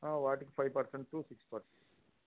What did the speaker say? వాటికి five percent to six percent